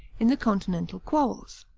in the continental quarrels.